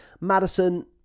Madison